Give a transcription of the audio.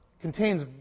contains